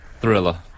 thriller